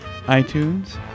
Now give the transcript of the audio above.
iTunes